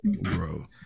Bro